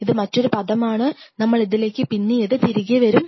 ഇത് മറ്റൊരു പുതിയ പദമാണ് നമ്മൾ ഇതിലേക്ക് പിന്നീട് തിരികെ വരും